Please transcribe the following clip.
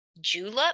julep